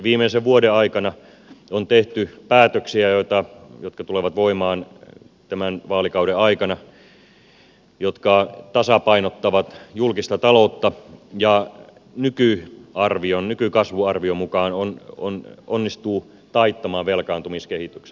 viimeisen vuoden aikana on tehty päätöksiä jotka tulevat voimaan tämän vaalikauden aikana ja jotka tasapainottavat julkista taloutta ja jotka nykykasvuarvion mukaan onnistuvat taittamaan velkaantumiskehityksen